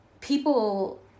people